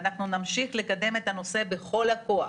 ואנחנו נמשיך לקדם את הנושא בכל הכוח,